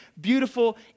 beautiful